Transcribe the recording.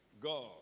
God